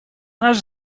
наш